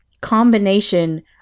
combination